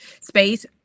space